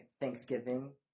thanksgiving